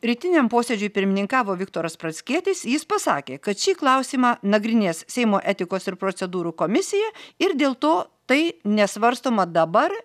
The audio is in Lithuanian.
rytiniam posėdžiui pirmininkavo viktoras pranckietis jis pasakė kad šį klausimą nagrinės seimo etikos ir procedūrų komisija ir dėl to tai nesvarstoma dabar